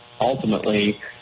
ultimately